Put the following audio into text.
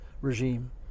regime